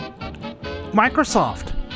Microsoft